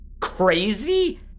crazy